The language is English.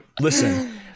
Listen